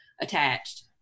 attached